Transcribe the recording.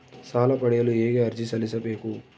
ಸಾಲ ಪಡೆಯಲು ಹೇಗೆ ಅರ್ಜಿ ಸಲ್ಲಿಸಬೇಕು?